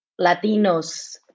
Latinos